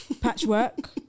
patchwork